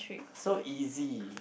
so easy